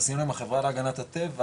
עשינו עם החברה להגנת הטבע,